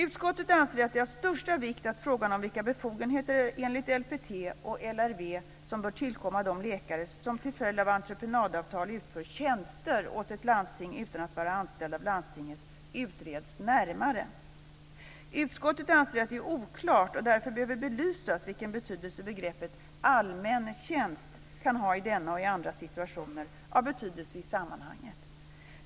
Utskottet anser att det är av största vikt att frågan om vilka befogenheter enligt LPT och LRV som bör tillkomma de läkare som till följd av entreprenadavtal utför tjänster åt ett landsting utan att vara anställda av landstinget utreds närmare. Utskottet anser att det är oklart och därför behöver belysas vilken betydelse begreppet allmän tjänst kan ha i denna och i andra situationer av betydelse i sammanhanget.